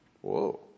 Whoa